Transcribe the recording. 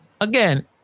Again